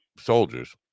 soldiers